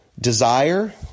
desire